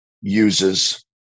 uses